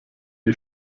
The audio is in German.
die